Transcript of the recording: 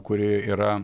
kuri yra